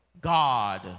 God